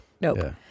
nope